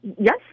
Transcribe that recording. Yes